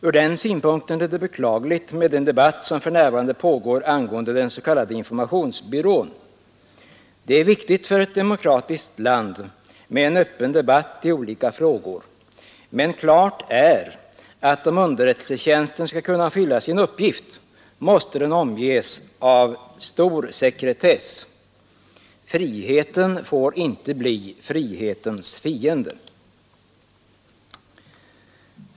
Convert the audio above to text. Från den synpunkten är det beklagligt med den debatt som för närvarande pågår angående den s.k. informationsbyrån. Det är viktigt för ett demokratiskt land med en öppen debatt i olika frågor. Men klart är att om underrättelsetjänsten skall kunna fylla sin uppgift, så måste den omges med stor sekretess. Friheten får inte bli frihetens fiende.